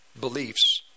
beliefs